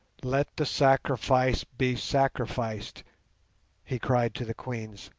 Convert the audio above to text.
let the sacrifice be sacrificed he cried to the queens.